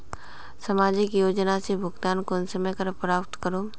सामाजिक योजना से भुगतान कुंसम करे प्राप्त करूम?